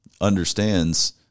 understands